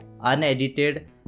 unedited